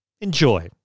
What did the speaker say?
Enjoy